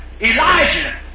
Elijah